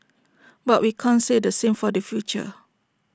but we can't say the same for the future